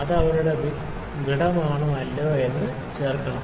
അത് അവരുടെ വിടവാണോ അല്ലയോ എന്ന് ചേർക്കുന്നുണ്ടോ